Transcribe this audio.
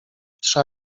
trza